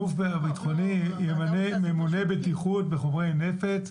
גוף ביטחוני ימנה ממונה בטיחות לחומרי נפץ,